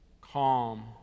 calm